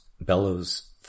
bellows